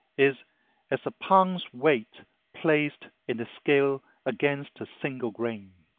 is as a pound's weight placed in the scale against a single grain.